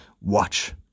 Watch